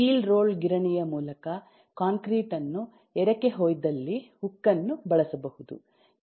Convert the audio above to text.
steel roll ಗಿರಣಿಯ ಮೂಲಕ concrete ಅನ್ನು ಎರಕಹೊಯ್ದಲ್ಲಿ ಉಕ್ಕನ್ನು ಬಳಸಬಹುದು